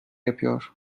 yapıyor